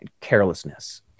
carelessness